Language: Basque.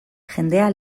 jendea